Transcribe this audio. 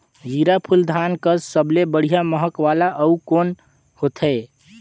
जीराफुल धान कस सबले बढ़िया महक वाला अउ कोन होथै?